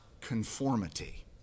conformity